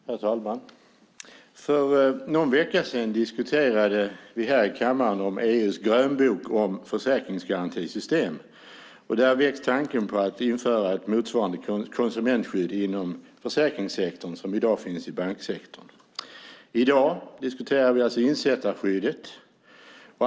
Herr talman! För någon vecka sedan diskuterade vi här i kammaren EU:s grönbok om försäkringsgarantisystem. Där väcks tanken på att införa ett konsumentskydd inom försäkringssektorn motsvarande det som i dag finns inom banksektorn. I dag diskuterar vi insättarskyddet.